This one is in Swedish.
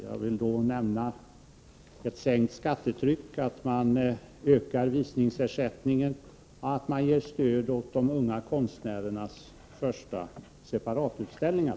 Jag vill då nämna en sänkning av skattetrycket, en ökning av visningsersättningen och stöd till unga konstnärers första separatutställningar.